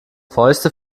fäuste